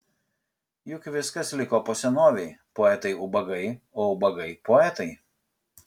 juk viskas liko po senovei poetai ubagai o ubagai poetai